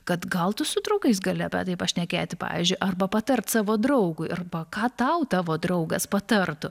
kad gal tu su draugais gali apie tai pašnekėti pavyzdžiui arba patarti savo draugui arba ką tau tavo draugas patartų